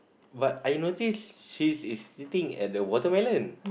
but I noticed she's is sitting at the watermelon